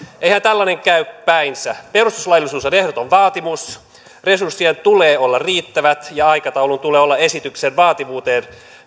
eihän tällainen käy päinsä perustuslaillisuus on ehdoton vaatimus resurssien tulee olla riittävät ja aikataulun tulee olla esityksen vaativuuteen